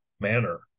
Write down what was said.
manner